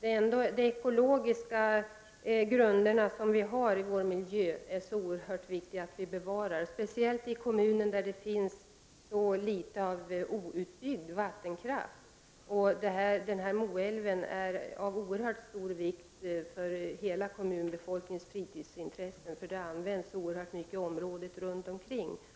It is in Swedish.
De ekologiska grunder vi har i vår miljö är oerhört viktiga att bevara, speciellt i en kommun där det finns så litet av outbyggda vattendrag. Moälven är av oerhört stor vikt för hela kommunbefolkningens fritidsintressen. Området runt omkring används oerhört mycket.